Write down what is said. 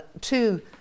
Two